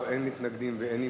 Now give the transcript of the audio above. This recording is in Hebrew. בעד, 17. אין מתנגדים ואין נמנעים.